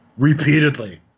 repeatedly